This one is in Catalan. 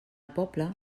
poble